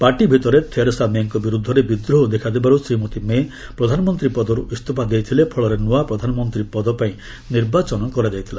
party ଭିତରେ Theresa ମେଙ୍କ ବିରୁଦ୍ଧରେ ବିଦ୍ରୋହ ଦେଖାଦେବାର୍ ଶ୍ରୀମତୀ ମେ ପ୍ରଧାନମନ୍ତ୍ରୀ ପଦର୍ ଇସ୍ତଫା ଦେଇଥିଲେ ଫଳରେ ନୂଆ ପ୍ରଧାନମନ୍ତ୍ରୀ ପଦ ପାଇଁ ନିର୍ବାଚନ କରାଯାଇଥିଲା